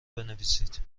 بنویسید